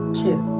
two